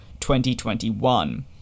2021